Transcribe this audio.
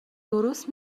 درست